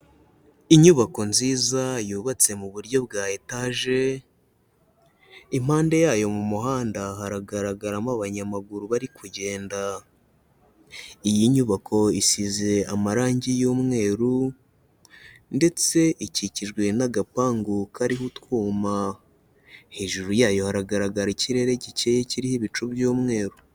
Inyubako nziza yubatse mu buryo bwa etaje, impande yayo mu muhanda haragaragaramo abanyamaguru bari kugenda, iyi nyubako isize amarangi y'umweru ndetse ikikijwe n'agapangu kariho utwuma, hejuru yayo haragaragara ikirere gikeye kiriho ibicu by'umweru.